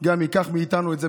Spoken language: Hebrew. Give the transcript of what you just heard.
וגם ייקח מאיתנו את זה,